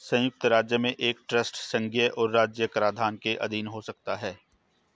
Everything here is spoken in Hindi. संयुक्त राज्य में एक ट्रस्ट संघीय और राज्य कराधान के अधीन हो सकता है